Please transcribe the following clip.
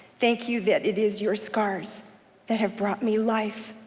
thank you that it is your scars that have brought me life.